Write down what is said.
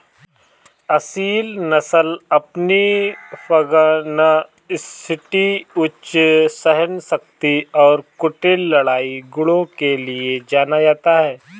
असील नस्ल अपनी पगनासिटी उच्च सहनशक्ति और कुटिल लड़ाई गुणों के लिए जाना जाता है